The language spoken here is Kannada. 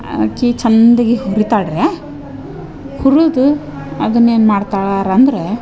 ಆಕಿ ಚಂದಗಿ ಹುರಿತಾಳೆ ರೀ ಹುರಿದು ಅದನ್ನ ಏನು ಮಾಡ್ತಾರಂದರೆ